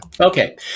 okay